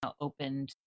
opened